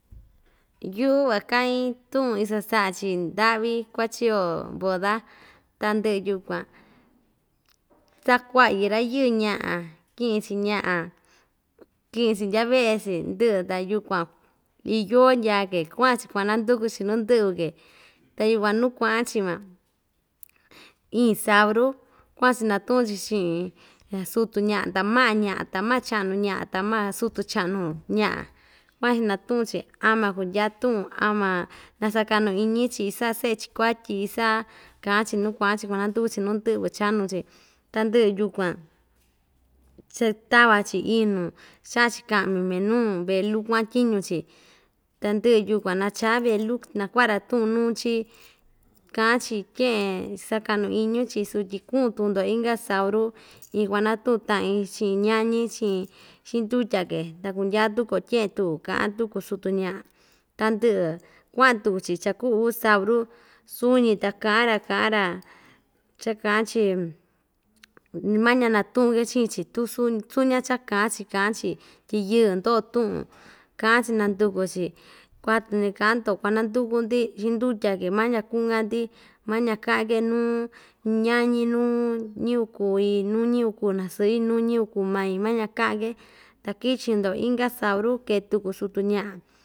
Yuꞌu vakaꞌin tuꞌun iso saꞌa‑chi ndaꞌvi kua chiyo boda tandɨꞌɨ yukuan sakuaꞌyɨ rayɨɨ naꞌa kiꞌin‑chi ñaꞌa kiꞌin ndya veꞌe‑chi ndɨꞌɨ ta yukuan iyoo nyaa‑ke kuaꞌan‑chi kuananduku‑chi nuu ndɨꞌvɨ‑ke ta yukuan nuu kuaꞌan‑chi van iin sabru kuaꞌan‑chi natuꞌun‑chi chiꞌin sutu ñaꞌa ta maꞌa ñaꞌa ta maꞌa chaꞌnu ñaꞌa ta maꞌa sutu chaꞌnu ñaꞌa kuaꞌan‑chi natuꞌun‑chi ama kundya tuꞌun ama na sakaꞌnu iñi‑chi isaꞌa seꞌe‑chi kuatyi isaꞌa kaꞌan‑chi nuu kuaꞌan‑chi kuanandu‑chi nuu ndɨꞌvɨ chanu‑chi tandɨꞌɨ yukuan cha tava‑chi inu chaꞌa‑chi kaꞌmi minuu velu kuaꞌan tyiñu‑chi ta ndɨꞌɨ yukuan nachaa velu nakua‑ra tuꞌun nuu‑chi kaꞌa‑chi tyeꞌen sakaꞌnu iñu chi sutyi kuꞌun tuku‑ndo inka sauru iin kuanatuꞌun taꞌin chiꞌin ñañi chiꞌin xindutya‑ke ta kundya tuo tyeꞌe tuku kaꞌan tuku sutu ñaꞌa tandɨꞌɨ kuaꞌan tuku‑chi cha kuu uu sauru suñi ta kaꞌan‑ra kaꞌan‑ra cha kaꞌan‑chi maña natuꞌu‑ke chiꞌin‑chi tu suñ suñi‑ka cha kaꞌan‑chi kaꞌan‑chi tyi yɨɨ ndoo tuꞌun kaꞌa‑chi nanduku‑chi kuatu ndikaꞌa‑ndo kuananduku‑ndi xindutya‑ke mañika kuꞌunka‑ndi mañika kaꞌan‑ke nuu ñañi nuu ñiyɨvɨ kui ñiyɨvɨ kuu ñasɨꞌi nuu ñiyɨvɨ kuu main mañika kaꞌan‑ke ta kichi‑ndo inka sauru kee tuku sutu ñaꞌa.